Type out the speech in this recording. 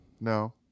No